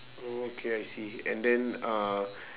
oh okay I see and then uh